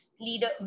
Leader